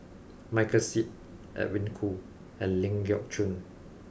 Michael Seet Edwin Koo and Ling Geok Choon